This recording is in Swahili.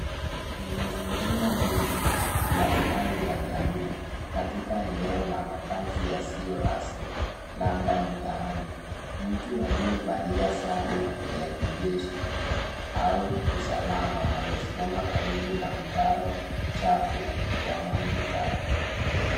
Ni mazingira duni na uhai wa jamii katika eneo la makazi yasiyo rasmi. Labda mtaani mtu aliyevalia sare ya kijeshi au usalama, amesimama karibu na mtaro chafu wa maji taka.